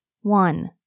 One